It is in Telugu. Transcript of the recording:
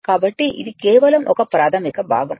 కాబట్టి ఇది కేవలం ఒక ప్రాథమిక భాగం